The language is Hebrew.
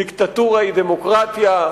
דיקטטורה היא דמוקרטיה,